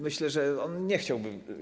Myślę, że on nie chciałby.